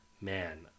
man